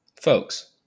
Folks